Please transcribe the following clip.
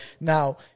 Now